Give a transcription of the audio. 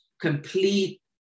complete